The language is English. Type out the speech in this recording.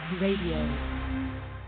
Radio